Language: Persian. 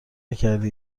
نکردی